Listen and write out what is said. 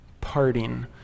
parting